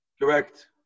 Correct